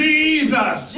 Jesus